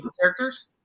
characters